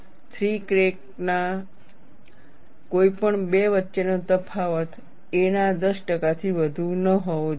3 crack માપ ના કોઈપણ 2 વચ્ચેનો તફાવત a ના 10 ટકાથી વધુ ન હોવો જોઈએ